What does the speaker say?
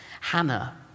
Hannah